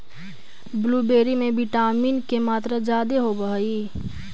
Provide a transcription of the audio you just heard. blueberry में vitamin के मात्रा जादे होब हई